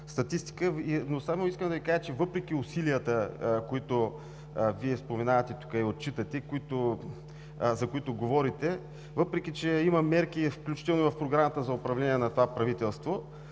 като статистика. Но въпреки усилията, които Вие споменавате тук, и отчитате, за които говорите, въпреки че има мерки включително и в Програмата за управление на това правителство,